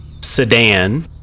sedan